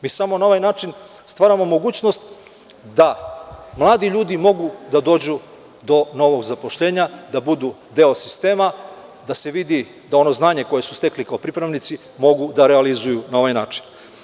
Mi samo na ovaj način stvaramo mogućnost da mladi ljudi mogu da dođu do novog zaposlenja, da budu deo sistema, da se vidi da ono znanje koje su stekli kao pripravnici mogu da realizuju na ovaj način.